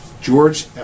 George